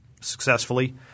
successfully